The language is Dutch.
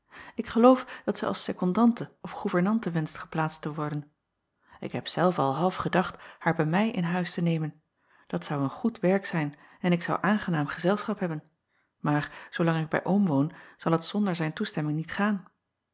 k geloof dat zij als secondante of goevernante wenscht geplaatst te worden k heb zelve al half gedacht haar bij mij in huis te nemen dat zou een goed werk zijn en ik zou aangenaam gezelschap hebben maar zoolang ik bij om woon zal het zonder zijne toestemming niet gaan